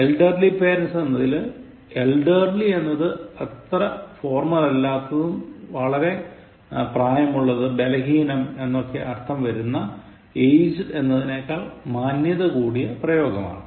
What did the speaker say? Elderly parents എന്നതിൽ elderly എന്നത് അത്ര ഫോർമൽ അല്ലാത്തതും വളരെ പ്രായമുള്ളത് ബലഹീനം എന്നൊക്കെ അർത്ഥം വരുന്ന aged എന്നതിനേക്കാൾ മാന്യത കൂടിയതുമായ പ്രയോഗമാണ്